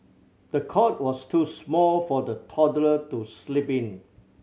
the cot was too small for the toddler to sleep in